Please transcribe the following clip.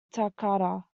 takata